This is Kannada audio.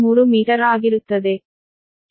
3 ಮೀಟರ್ ಆಗಿರುತ್ತದೆ